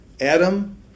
Adam